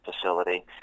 facility